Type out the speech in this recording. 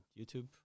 YouTube